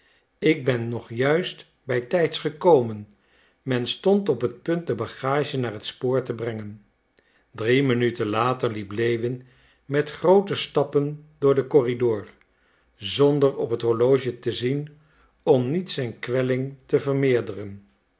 ik ben juist nog bij tijds gekomen men stond op het punt de bagage naar het spoor te brengen drie minuten later liep lewin met groote stappen door den corridor zonder op het horloge te zien om niet zijn kwelling te vermeerderen